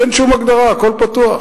אין שום הגדרה, הכול פתוח.